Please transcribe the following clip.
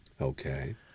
Okay